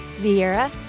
Vieira